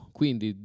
quindi